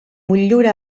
motllura